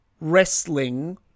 Wrestling